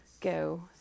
go